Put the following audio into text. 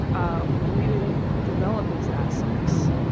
ah we didn't develop as that sex.